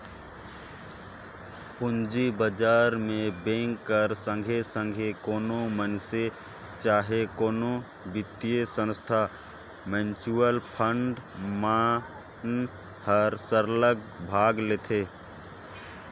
पूंजी बजार में बेंक कर संघे संघे कोनो मइनसे चहे कोनो बित्तीय संस्था, म्युचुअल फंड मन हर सरलग भाग लेथे